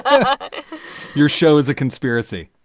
um your show is a conspiracy.